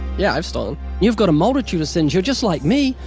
yeah, i've stolen. you've got a multitude of sins. you're just like me.